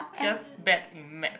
just bad in maths